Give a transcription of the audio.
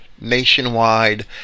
nationwide